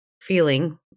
feeling